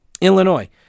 Illinois